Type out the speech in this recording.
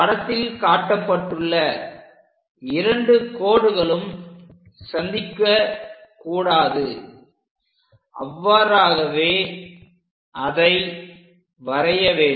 படத்தில் காட்டப்பட்டுள்ள இரண்டு கோடுகளும் சந்திக்கக்கூடாது அவ்வாறாகவே அதை வரைய வேண்டும்